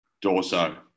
Dorso